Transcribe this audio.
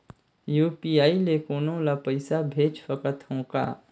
UPI ले कोनो ला पइसा भेज सकत हों का?